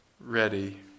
ready